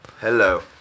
Hello